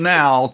now